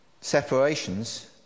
separations